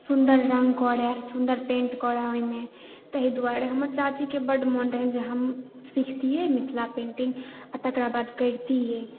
सुन्दर रङ्ग करे सुन्दर पेंट करए ओहिमे ताहि दुआरे हमर चाचीके बड मोन रहनि जे हम सीखतिऐ मिथिला पेंटिङ्ग आ तेकरा बाद करतिऐ